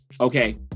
Okay